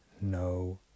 no